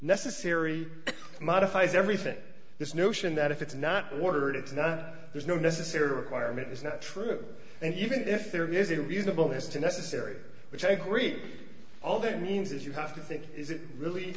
necessary modifies everything this notion that if it's not ordered it's not there's no necessary requirement is not true and even if there is a reasonable as to necessary which i agree all that means is you have to think is it really